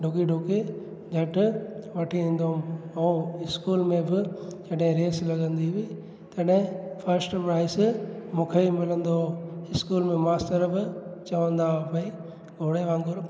डुकी डुकी झटि वठी ईंदो हुयमि ऐं स्कूल में बि जॾहिं रेस लॻंदी हुई तॾहिं फस्ट प्राइस मूंखे ई मिलंदो हुओ स्कूल में मास्तर बि चवंदा भई घोड़े वांगुरु